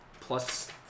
Plus